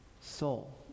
soul